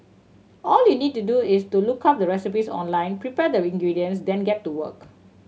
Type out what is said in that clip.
all you need to do is to look up the recipes online prepare the ingredients then get to work